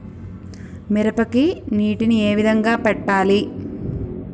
మిరపకి నీటిని ఏ విధంగా పెట్టాలి?